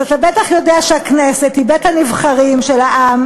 אז אתה בטח יודע שהכנסת היא בית-הנבחרים של העם,